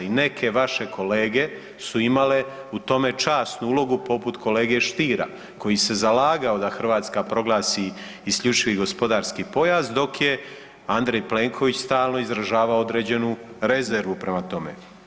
I neke vaše kolege su imale u tome časnu ulogu poput kolege Stiera koji se zalagao da Hrvatska proglasi isključivi gospodarski pojas, dok je Andrej Plenković stalno izražavao određenu rezervu prema tome.